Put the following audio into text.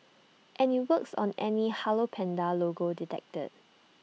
and IT works on any hello Panda logo detected